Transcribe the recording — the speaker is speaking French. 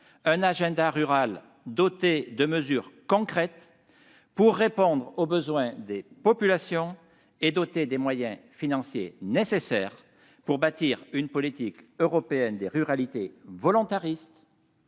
comportant des mesures concrètes pour répondre aux besoins des populations et doté des moyens financiers nécessaires pour bâtir une politique européenne des ruralités qui soit volontariste,